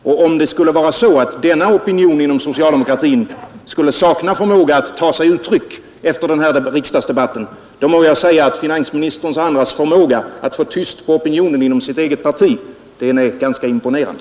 Om denna opinion inom socialdemokratin skulle sakna förmåga att ta sig uttryck efter den här riksdagsdebatten, måste jag säga, att finansministerns och andras förmåga att få tyst på opinionen inom sitt eget parti är ganska imponerande.